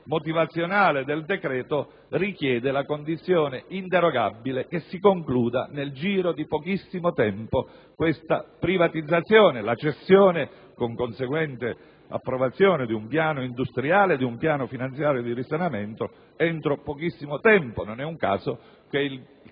motivazionale del decreto richiede la condizione inderogabile che questa privatizzazione si concluda nel giro di pochissimo tempo: la cessione, con conseguente approvazione di un piano industriale, di un piano finanziario di risanamento entro pochissimo tempo. Non è un caso che il